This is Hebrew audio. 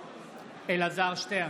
אלעזר שטרן,